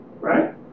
right